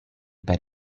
per